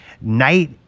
night